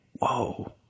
whoa